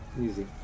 Easy